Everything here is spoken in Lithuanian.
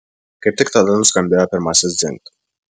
kaip tik tada nuskambėjo pirmasis dzingt